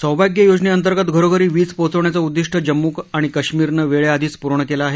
सौभाग्य योजने अंतर्गत घरोघरी वीज पोचवण्याचं उद्दीष्ट जम्मू आणि काश्मीरनं वेळे आधीच पुर्ण केलं आहे